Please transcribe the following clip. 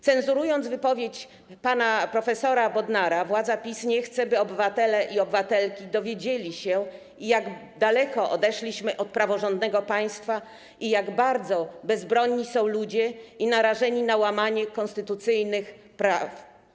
Cenzurując wypowiedź pana prof. Bodnara, władza PiS nie chce, by obywatele i obywatelki dowiedzieli się, jak daleko odeszliśmy od praworządnego państwa, jak bardzo bezbronni są ludzie i narażeni na łamanie konstytucyjnych praw.